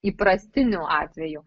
įprastiniu atveju